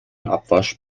abwasch